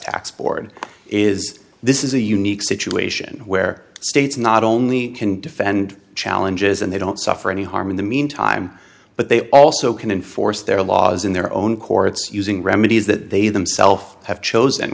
tax board is this is a unique situation where states not only can defend challenges and they don't suffer any harm in the meantime but they also can enforce their laws in their own courts using remedies that they themself have chosen